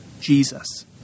Jesus